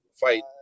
fight